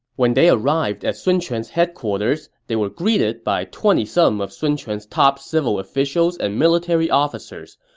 when they arrived at sun quan's headquarters, they were greeted by twenty some of sun quan's top civil officials and military officers,